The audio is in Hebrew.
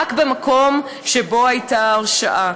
רק במקום שבו הייתה הרשעה.